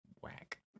Whack